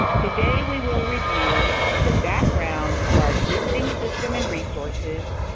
today we will review the background of our existing system and resources,